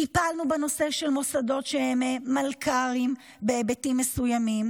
טיפלנו בנושא של מוסדות שהם מלכ"רים בהיבטים מסוימים,